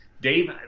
Dave